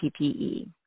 PPE